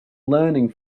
learning